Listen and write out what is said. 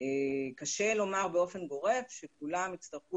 קשה לומר באופק גורף שכולם יצטרכו